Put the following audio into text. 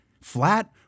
flat